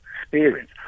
experience